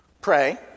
pray